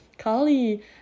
Kali